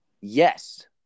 Yes